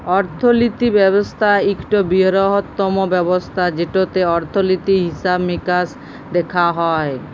অর্থলিতি ব্যবস্থা ইকট বিরহত্তম ব্যবস্থা যেটতে অর্থলিতি, হিসাব মিকাস দ্যাখা হয়